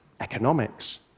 economics